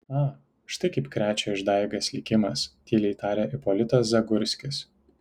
a štai kaip krečia išdaigas likimas tyliai tarė ipolitas zagurskis